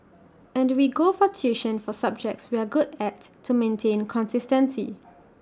and we go for tuition for subjects we are good at to maintain consistency